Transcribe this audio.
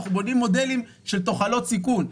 אנחנו בונים מודלים של תוחלות סיכון.